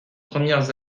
premières